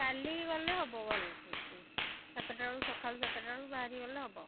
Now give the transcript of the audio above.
କାଲି ଗଲେ ହେବ ଭଲ୍ସେ ଠିକ୍ ସେ ସାତଟା ବେଳକୁ ସକାଳ ସାତଟାବେଳକୁ ବାହାରିଗଲେ ହେବ